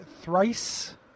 thrice